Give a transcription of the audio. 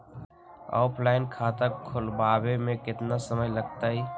Offline खाता खुलबाबे में केतना समय लगतई?